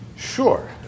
Sure